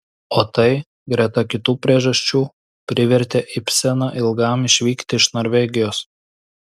o tai greta kitų priežasčių privertė ibseną ilgam išvykti iš norvegijos